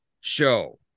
show